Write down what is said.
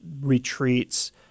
retreats